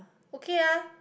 okay ah